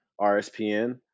RSPN